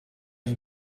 you